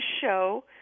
show